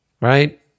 right